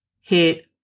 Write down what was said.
hit